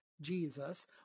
Jesus